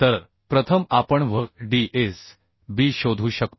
तर प्रथम आपण V d s b शोधू शकतो